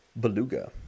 Beluga